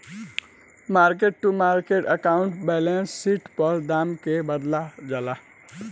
market to market accounting balance sheet पर दाम के बदलल जाला